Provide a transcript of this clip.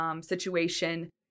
situation